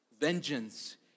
vengeance